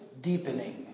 deepening